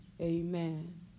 Amen